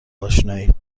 آشنایید